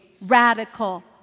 radical